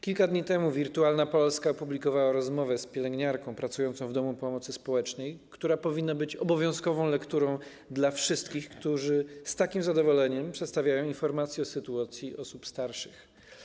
Kilka dni temu Wirtualna Polska opublikowała rozmowę z pielęgniarką pracującą w domu pomocy społecznej, która powinna być lekturą obowiązkową dla wszystkich, którzy z takim zadowoleniem przedstawiają informację o sytuacji osób starszych.